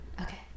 okay